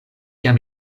jam